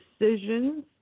decisions